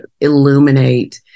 illuminate